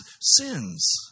sins